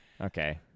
Okay